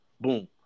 Boom